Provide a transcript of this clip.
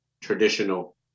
traditional